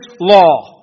law